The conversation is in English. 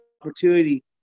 opportunity